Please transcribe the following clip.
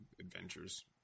adventures